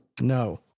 no